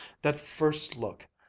that first look,